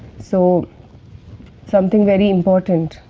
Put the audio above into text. so something very important.